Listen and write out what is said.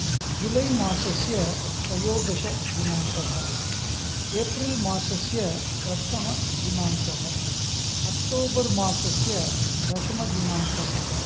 जूलैमासस्य त्रयोदशदिनांकः एप्रल् मासस्य प्रथमदिनांकः अक्टोबर् मासस्य दशमदिनांकः